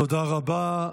תודה רבה.